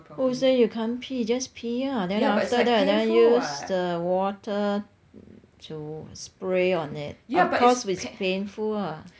who say you can't pee just pee ah then after that you use water to spray on it of course it's painful ah